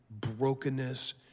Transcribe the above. brokenness